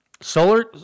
Solar